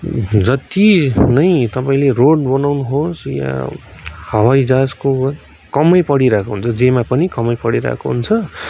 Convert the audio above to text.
जति नै तपाईँले रोड बनाउनुहोस् या हवाइजहाजको होस् कमै परिरहेको हुन्छ र जेमा पनि कमै परिरहेको हुन्छ